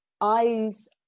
eyes